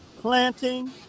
planting